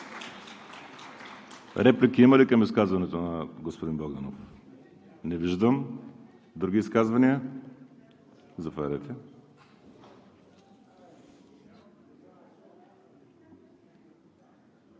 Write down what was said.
Реплики има ли към изказването на господин Богданов? Не виждам. Други изказвания? Заповядайте.